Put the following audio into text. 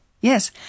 Yes